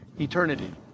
eternity